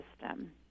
system